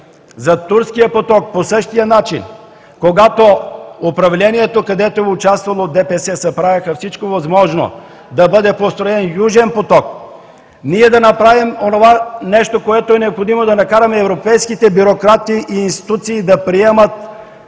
За „Турски поток“ по същия начин – когато от управлението, където е участвало ДПС, се правеше всичко възможно да бъде построен „Южен поток“, да направим онова нещо, което е необходимо да накараме европейските бюрократи и институции да приемат